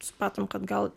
supratom kad gal